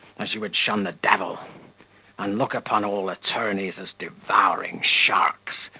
as you would shun the devil and look upon all attorneys as devouring sharks,